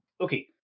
Okay